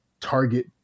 target